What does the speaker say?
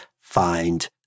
find